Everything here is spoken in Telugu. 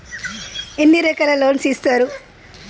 ఎన్ని రకాల లోన్స్ ఇస్తరు?